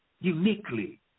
uniquely